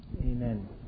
Amen